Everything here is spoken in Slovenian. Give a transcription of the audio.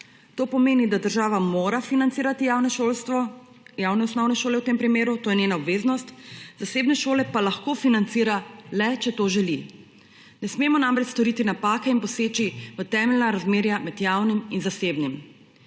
To pomeni, da država mora financirati javno šolstvo, javne osnovne šole v tem primeru, to je njena obveznost, zasebne šole pa lahko financira le, če to želi. Ne smemo namreč storiti napake in poseči v temeljna razmerja med javnim in zasebnim.